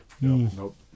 Nope